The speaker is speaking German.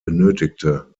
benötigte